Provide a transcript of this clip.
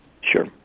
Sure